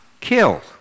kill